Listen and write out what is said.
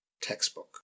textbook